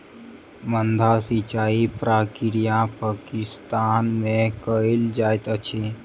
माद्दा सिचाई प्रक्रिया पाकिस्तान में कयल जाइत अछि